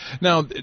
Now